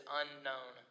unknown